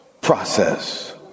process